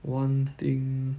one thing